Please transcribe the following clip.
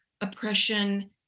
oppression